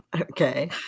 Okay